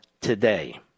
today